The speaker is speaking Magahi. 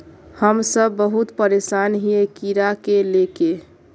हम सब बहुत परेशान हिये कीड़ा के ले के?